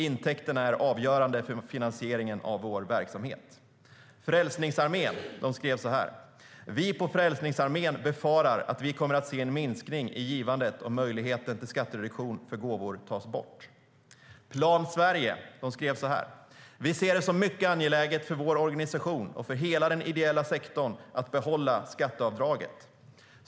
Intäkterna är avgörande för finansieringen av vår verksamhet. Frälsningsarmén skrev: Vi på Frälsningsarmén befarar att vi kommer att se en minskning i givandet om möjligheten till skattereduktion för gåvor tas bort. Plan Sverige skrev: Vi ser det som mycket angeläget för vår organisation och för hela den ideella sektorn att behålla skatteavdraget.